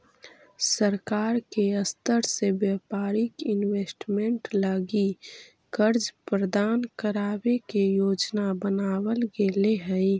सरकार के स्तर से व्यापारिक इन्वेस्टमेंट लगी कर्ज प्रदान करावे के योजना बनावल गेले हई